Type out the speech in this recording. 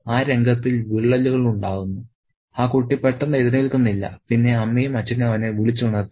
ആ രംഗത്തിൽ വിള്ളലുകളുണ്ടാകുന്നു ആ കുട്ടി പെട്ടെന്ന് എഴുന്നേൽക്കുന്നില്ല പിന്നെ അമ്മയും അച്ഛനും അവനെ വിളിച്ച് ഉണർത്തി